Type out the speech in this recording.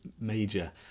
major